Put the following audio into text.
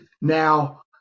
now